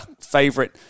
favorite